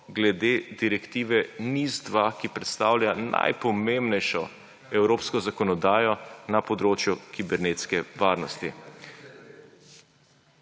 glede direktive NIS 2, ki predstavlja najpomembnejšo evropsko zakonodajo na področju kibernetske varnosti.